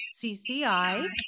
CCI